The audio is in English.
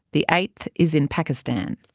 the eighth is in pakistan.